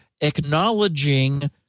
...acknowledging